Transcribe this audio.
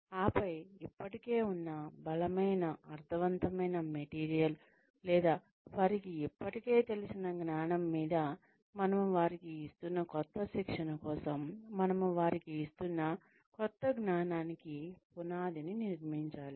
ఆపై ఇప్పటికే ఉన్న బలమైన అర్ధవంతమైన మెటీరియల్ లేదా వారికి ఇప్పటికే తెలిసిన జ్ఞానం మీద మనము వారికి ఇస్తున్న క్రొత్త శిక్షణ కోసం మనము వారికి ఇస్తున్న క్రొత్త జ్ఞానానికి పునాదిని నిర్మించాలీ